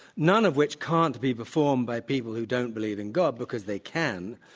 none of which can't be performed by people who don't believe in god because they can.